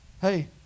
hey